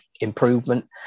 improvement